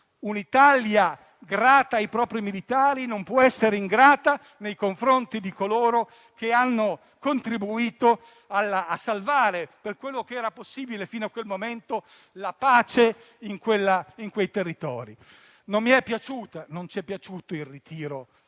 Un'Italia grata ai propri militari non può essere ingrata nei confronti di coloro che hanno contribuito a salvare, per quello che era possibile fino a quel momento, la pace in quei territori. Non ci è piaciuto, naturalmente, il ritiro